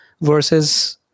versus